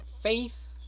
faith